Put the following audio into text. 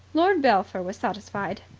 lord belpher was satisfied.